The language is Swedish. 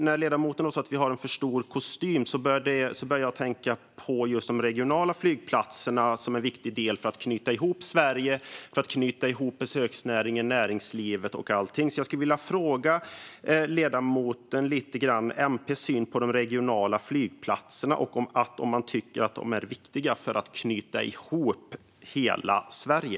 När ledamoten sa att vi har en för stor kostym började jag tänka på de regionala flygplatserna som en viktig del för att knyta ihop Sverige, för att knyta ihop besöksnäringen, näringslivet och allting. Jag vill därför fråga ledamoten lite om MP:s syn på de regionala flygplatserna. Tycker man att de är viktiga för att knyta ihop hela Sverige?